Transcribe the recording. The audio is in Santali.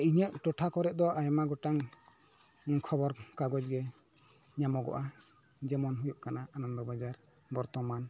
ᱤᱧᱟᱹᱜ ᱴᱚᱴᱷᱟ ᱠᱚᱨᱮᱜ ᱫᱚ ᱟᱭᱢᱟ ᱜᱚᱴᱟᱝ ᱠᱷᱚᱵᱚᱨ ᱠᱟᱜᱚᱡᱽ ᱜᱮ ᱧᱟᱢᱚᱜᱚᱜᱼᱟ ᱡᱮᱢᱚᱱ ᱦᱩᱭᱩᱜ ᱠᱟᱱᱟ ᱟᱱᱚᱱᱫᱚ ᱵᱟᱡᱟᱨ ᱵᱚᱨᱛᱚᱢᱟᱱ